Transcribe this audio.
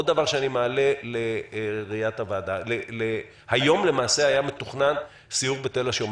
עוד דבר שאני מעלה לוועדה: היום למעשה היה מתוכנן סיור בתל השומר.